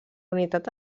unitat